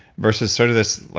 versus sorta this, like